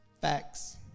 Facts